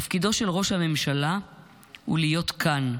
תפקידו של ראש הממשלה הוא להיות כאן,